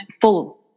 full